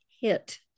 hit